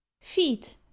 Feet